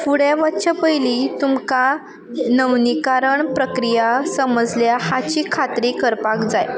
फुडें वच्चे पयली तुमकां नवनीकारण प्रक्रिया समजल्या हाची खात्री करपाक जाय